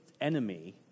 enemy